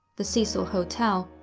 the cecil hotel,